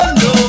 no